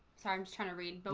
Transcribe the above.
so i'm just trying to read but